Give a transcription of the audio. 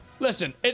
Listen